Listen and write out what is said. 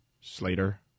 Slater